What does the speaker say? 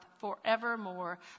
forevermore